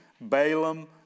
Balaam